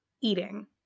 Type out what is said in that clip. eating